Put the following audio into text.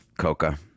Coca